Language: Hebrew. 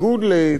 שלוש